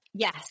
Yes